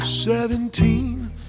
Seventeen